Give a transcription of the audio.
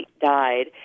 died